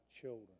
children